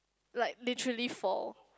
like mutually for